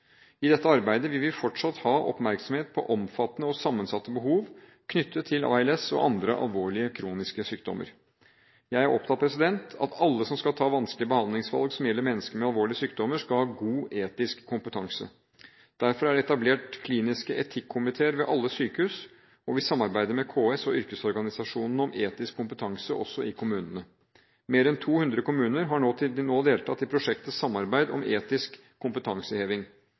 I dette arbeidet vil vi fortsatt ha oppmerksomhet på omfattende og sammensatte behov knyttet til ALS og andre alvorlige kroniske sykdommer. Jeg er opptatt av at alle som skal ta vanskelige behandlingsvalg som gjelder mennesker med alvorlige sykdommer, skal ha god etisk kompetanse. Derfor er det etablert kliniske etikkomiteer ved alle sykehus, og vi samarbeider med KS og yrkesorganisasjonene om etisk kompetanse også i kommunene. Mer enn 200 kommuner har til nå deltatt i prosjektet Samarbeid om etisk kompetanseheving.